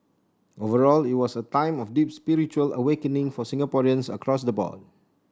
overall it was a time of deep spiritual awakening for Singaporeans across the board